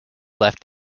left